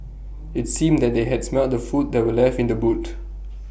IT seemed that they had smelt the food that were left in the boot